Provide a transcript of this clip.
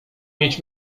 mieć